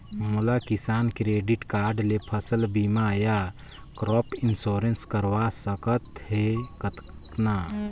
मोला किसान credit card ले फसल बीमा या क्रॉप इंश्योरेंस करवा सकथ हे कतना?